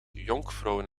jonkvrouwen